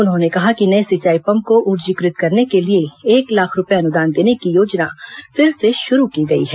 उन्होंने कहा कि नए सिंचाई पम्प को ऊर्जीकृत करने के लिए एक लाख रूपये अनुदान देने की योजना फिर से शुरू की गई है